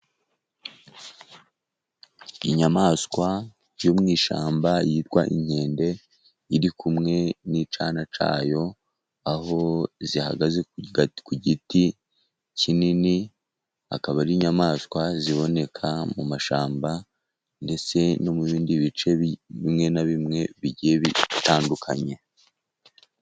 Inyamaswa yo mu ishyamba yitwa inkende. Iri kumwe n'icyana cyayo aho zihagaze ku giti kinini, akaba ari inyamaswa ziboneka mu mashyamba, ndetse no mu bindi bice bimwe na bimwe bigiye bitandukanye.